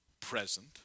Present